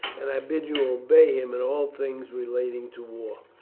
and i bid you obey him in all things relating to war.